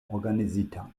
organizita